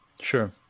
Sure